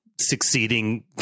succeeding